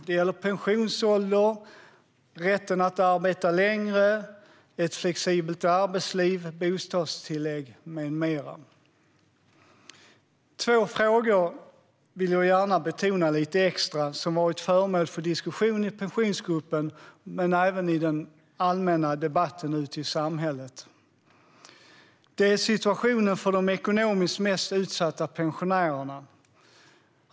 Det gäller till exempel pensionsålder, rätten att arbeta längre, ett flexibelt arbetsliv, bostadstillägg med flera. Två frågor vill jag gärna betona lite extra. De har varit föremål för diskussion i Pensionsgruppen men även i den allmänna debatten ute i samhället. Det ena frågan gäller situationen för de ekonomiskt mest utsatta pensionärerna.